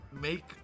make